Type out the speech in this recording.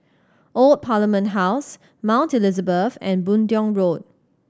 Old Parliament House Mount Elizabeth and Boon Tiong Road